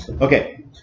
Okay